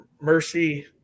Mercy